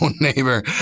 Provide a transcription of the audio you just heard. neighbor